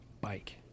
bike